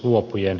puhemies